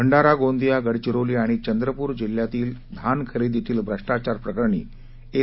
भंडारा गोंदिया गडधिरोली आणि चंद्रपूर जिल्ह्यातील धान खरेदीतील भ्रष्टाचार प्रकरणी एस